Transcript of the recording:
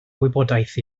wybodaeth